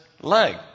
leg